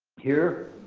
here.